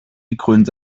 gekrönt